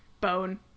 Bone